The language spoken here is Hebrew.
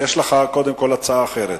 יש לך קודם כול הצעה אחרת.